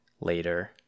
later